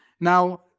Now